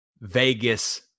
Vegas